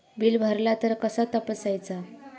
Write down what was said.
Bill भरला तर कसा तपसायचा?